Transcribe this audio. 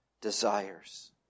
desires